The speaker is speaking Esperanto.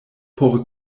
por